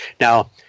Now